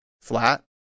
flat